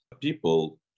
people